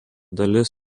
dalis